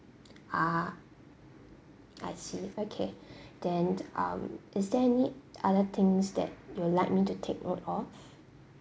ah I see okay then um is there any other things that you like me to take note of